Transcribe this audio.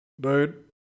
dude